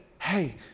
hey